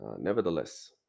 Nevertheless